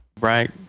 right